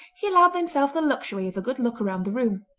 he allowed himself the luxury of a good look round the room.